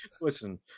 Listen